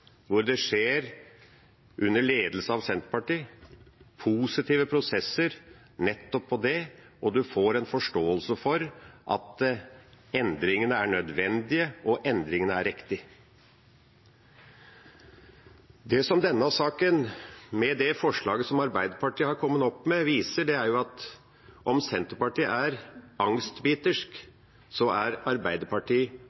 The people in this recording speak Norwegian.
hvor positive prosesser nettopp på det skjer under ledelse av Senterpartiet, og en får en forståelse for at endringene er nødvendige, og at endringene er riktige. Det som denne saken viser, med det forslaget som Arbeiderpartiet har kommet med, er at om Senterpartiet er